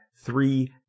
three